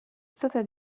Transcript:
stata